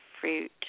fruit